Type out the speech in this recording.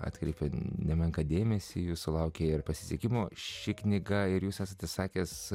atkreipė nemenką dėmesį į sulaukė pasisekimo ši knyga ir jūs esate sakęs